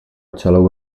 celou